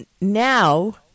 now